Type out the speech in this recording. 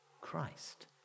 Christ